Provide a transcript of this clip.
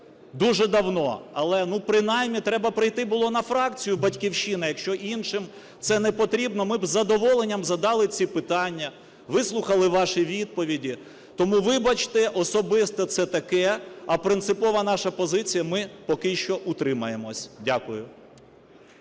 дуже давно, але, ну, принаймні треба прийти було на фракцію "Батьківщина". Якщо іншим це не потрібно, ми б з задоволенням задали ці питання, вислухали ваші відповіді. Тому, вибачте, особисте – це таке, а принципова наша позиція – ми поки що утримаємося. Дякую.